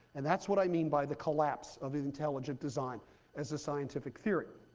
and that's what i mean by the collapse of intelligent design as a scientific theory.